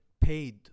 paid